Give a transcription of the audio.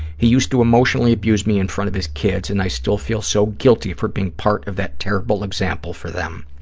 he used to emotionally abuse me in front of his kids, and i still feel so guilty for being part of that terrible example for them.